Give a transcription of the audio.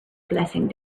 blessing